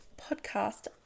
podcast